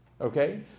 Okay